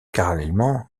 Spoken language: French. parallèlement